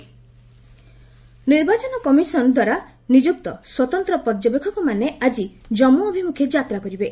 JK EC observer ନିର୍ବାଚନ କମିଶନ ଦ୍ୱାରା ନିଯୁକ୍ତି ସ୍ୱତନ୍ତ୍ର ପର୍ଯ୍ୟବେକ୍ଷକମାନେ ଆଜି ଜାମ୍ମୁ ଅଭିମୁଖେ ଯାତ୍ରା କରିବେ